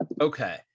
okay